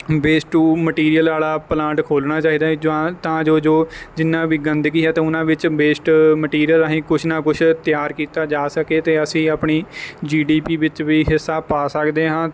waste to material ਵਾਲਾ plant ਖੋਲ੍ਹਣਾ ਚਾਹੀਦਾ ਹੈ ਜਾਂ ਤਾਂ ਜੋ ਜੋ ਜਿੰਨਾ ਵੀ ਗੰਦਗੀ ਹੈ ਅਤੇ ਉਹਨਾਂ ਵਿੱਚ ਵੇਸਟ ਮਟੀਰੀਅਲ ਰਾਹੀਂ ਕੁਛ ਨਾ ਕੁਛ ਤਿਆਰ ਕੀਤਾ ਜਾ ਸਕੇ ਅਤੇ ਅਸੀਂ ਆਪਣੀ ਜੀ ਡੀ ਪੀ ਵਿੱਚ ਵੀ ਹਿੱਸਾ ਪਾ ਸਕਦੇ ਹਾਂ